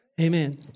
Amen